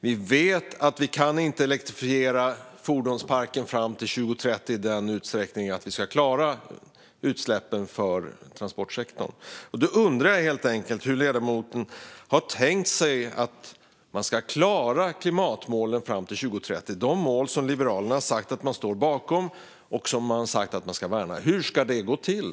Vi vet att vi inte kan elektrifiera fordonsparken fram till 2030 i den utsträckningen att vi klarar utsläppsmålet för transportsektorn. Då undrar jag helt enkelt hur ledamoten har tänkt sig att man ska klara klimatmålen fram till 2030 - de mål som Liberalerna har sagt att man står bakom och som man har sagt att man ska värna. Hur ska det gå till?